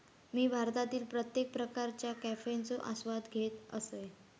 मी भारतातील प्रत्येक प्रकारच्या कॉफयेचो आस्वाद घेतल असय